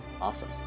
Awesome